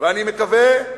ואני מקווה,